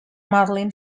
marlin